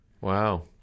Wow